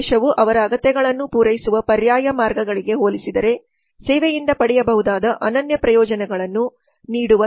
ಸಂದೇಶವು ಅವರ ಅಗತ್ಯಗಳನ್ನು ಪೂರೈಸುವ ಪರ್ಯಾಯ ಮಾರ್ಗಗಳಿಗೆ ಹೋಲಿಸಿದರೆ ಸೇವೆಯಿಂದ ಪಡೆಯಬಹುದಾದ ಅನನ್ಯ ಪ್ರಯೋಜನಗಳನ್ನು ನೀಡುವ ತರ್ಕಬದ್ಧ ವಿಷಯವನ್ನು ಹೊಂದಿರಬಹುದು